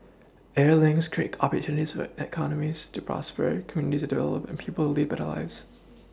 air links create opportunities will economies to prosper communities to develop and people to lead better lives